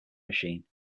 machine